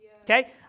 okay